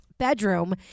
bedroom